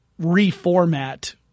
reformat